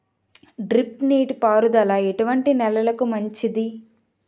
Drip నీటి పారుదల ఎటువంటి నెలలకు మంచిది?